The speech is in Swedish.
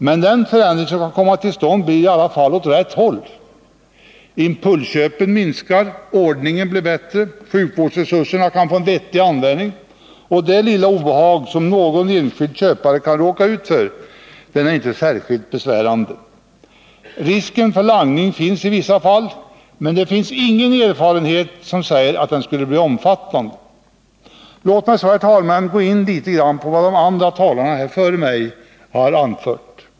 Men den förändring som kan komma till stånd går i alla fall åt rätt håll: impulsköpen minskar, ordningen blir bättre, sjukvårdsresurserna kan få en vettigare användning, och det lilla obehag som någon enskild köpare kan råka ut för är inte särskilt besvärande. Risken för langning finns i vissa fall, men det finns ingen erfarenhet som säger att den skulle bli omfattande. Låt mig så, herr talman, gå in litet på vad talarna före mig har anfört.